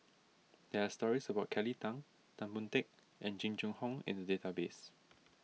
there are stories about Kelly Tang Tan Boon Teik and Jing Jun Hong in the database